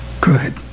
Good